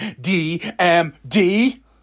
D-M-D